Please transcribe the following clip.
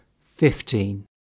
fifteen